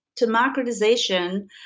democratization